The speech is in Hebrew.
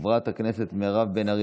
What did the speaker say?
חבר הכנסת מיקי לוי,